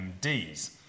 MDs